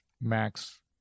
Max